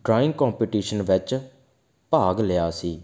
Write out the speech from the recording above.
drawing competition ਵਿੱਚ ਭਾਗ ਲਿਆ ਸੀ